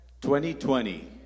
2020